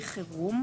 כדין (איסור סיוע) (תיקוני חקיקה),